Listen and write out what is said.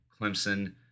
Clemson